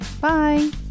Bye